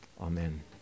Amen